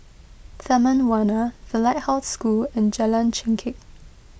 Taman Warna the Lighthouse School and Jalan Chengkek